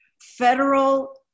federal